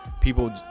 people